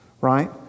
right